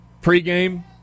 Pre-game